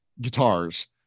guitars